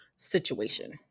situation